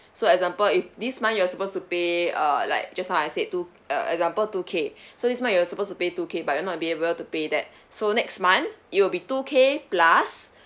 so example if this month you're supposed to pay uh like just now I said two uh example two K so this month you're supposed to pay two K but you're not be able to pay that so next month it will be two K plus